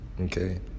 Okay